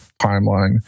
timeline